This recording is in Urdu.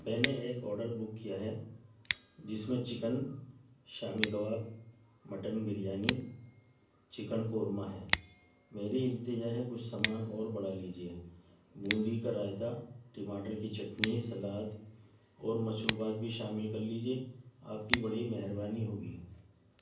میں نے ایک آڈر بک کیا ہے جس میں chicken shami kebab mutton biryani chicken korma ہے میری التجا ہے کچھ سامان اور بڑھا لیجئے بوندی کا رائتا ٹماٹر کی چٹنی سلاد اور مشروبات بھی شامل کر لیجئے آپ کی بڑی مہربانی ہوگی